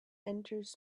enters